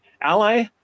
ally